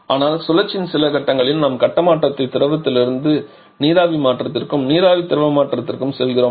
ஆனால் சுழற்சியின் சில கட்டங்களில் நாம் கட்ட மாற்றத்தை திரவத்திலிருந்து நீராவி மாற்றத்திற்கும் நீராவி திரவ மாற்றத்திற்கும் செல்கிறோம்